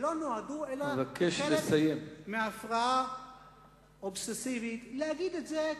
שלא נועדו אלא כחלק מהפרעה אובססיבית להגיד את זה,